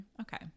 okay